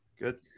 Good